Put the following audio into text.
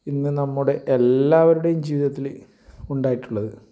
ഇന്ന് നമ്മുടെ എല്ലാവരുടെയും ജീവിതത്തിൽ ഉണ്ടായിട്ടുള്ളത്